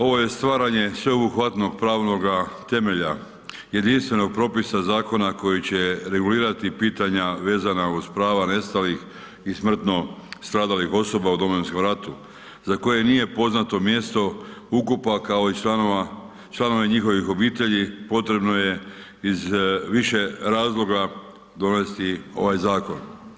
Ovo je stvaranje sveobuhvatnog pravnoga temelja, jedinstvenog propisa zakona koji će regulirati pitanja vezana uz prava nestalih i smrtno stradalih osoba u Domovinskom ratu za koje nije poznato mjesto ukopa, kao i članove njihovih obitelji, potrebno je iz više razloga donijeti ovaj zakon.